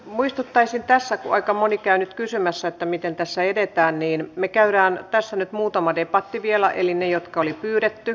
muistuttaisin tässä vaikka moni käy nyt kysymässä alemmanasteinen tieverkko pidetään kunnossa puu pääsee liikkumaan ja ihmiset voivat siellä maaseudulla niitä elinkeinojaan harjoittaa